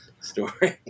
story